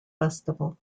festival